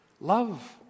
Love